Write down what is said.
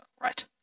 Right